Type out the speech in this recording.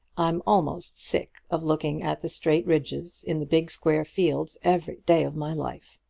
i'm almost sick of looking at the straight ridges in the big square fields every day of my life.